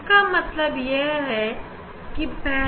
इसका मतलब आकृति बराबर होगा 1 के n 2 के